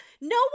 no